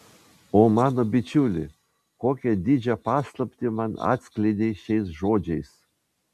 o mano bičiuli kokią didžią paslaptį man atskleidei šiais žodžiais